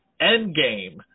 Endgame